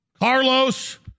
Carlos